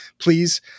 Please